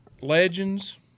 legends